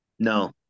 No